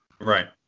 Right